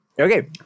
Okay